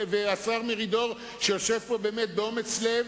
והשר דן מרידור ידע להשכיל אותנו בעניין הזה: